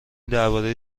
درباره